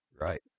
right